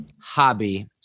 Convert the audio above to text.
hobby